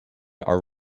are